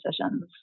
decisions